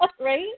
Right